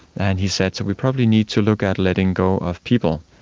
and he said, so we probably need to look at letting go of people.